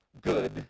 good